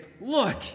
look